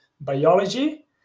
biology